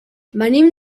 venim